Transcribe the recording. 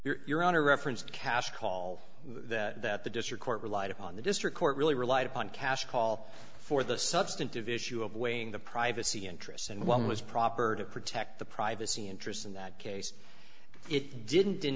reply you're on a referenced cash call that the district court relied upon the district court really relied upon cash call for the substantive issue of weighing the privacy interests and one was proper to protect the privacy interests in that case it didn't